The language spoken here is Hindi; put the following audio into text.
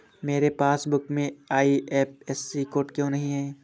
मेरे पासबुक में आई.एफ.एस.सी कोड क्यो नहीं है?